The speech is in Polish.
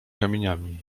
kamieniami